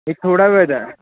एक थोडा वेळ द्या